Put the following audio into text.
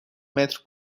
متر